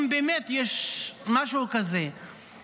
אם באמת יש משהו כזה,